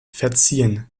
verziehen